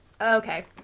Okay